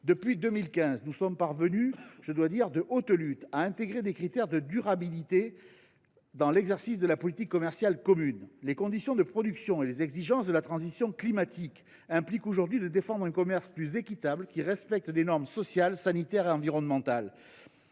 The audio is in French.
Depuis 2015, nous sommes parvenus, de haute lutte – je dois le dire –, à intégrer des critères de durabilité dans l’exercice de la politique commerciale commune. Les conditions de production et les exigences de la transition climatique impliquent aujourd’hui de défendre un commerce plus équitable qui respecte des normes sociales, sanitaires et environnementales.